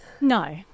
No